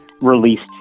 released